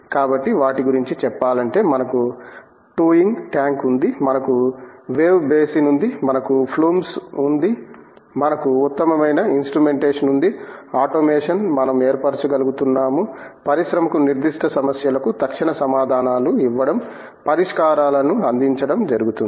కాబట్టి వాటి గురించి చెప్పాలంటే మనకు టౌయింగ్ ట్యాంక్ ఉంది మనకు వేవ్ బేసిన్ ఉంది మనకు ఫ్లూమ్స్ ఉంది మనకు ఉత్తమమైన ఇన్స్ట్రుమెంటేషన్ ఉంది ఆటోమేషన్ మనం ఏర్పరచగలుగుతున్నాము పరిశ్రమకు నిర్దిష్ట సమస్యలకు తక్షణ సమాధానాలు ఇవ్వడం పరిష్కారాలను అందించడం జరుగుతుంది